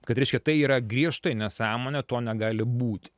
kad reiškia tai yra griežtai nesąmonė to negali būti